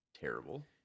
terrible